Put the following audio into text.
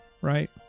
right